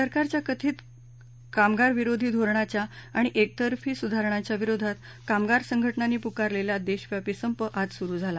सरकारच्या कथित कामगारविरोधी धोरणांच्या आणि एकतर्फी सुधारणांच्या विरोधात कामगार संघटनांनी पुकारलघी दक्षियापी संप आज सुरु झाला